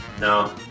No